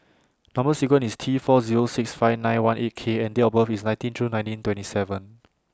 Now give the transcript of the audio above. Number sequence IS T four Zero six five nine one eight K and Date of birth IS nineteen June nineteen twenty seven